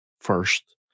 first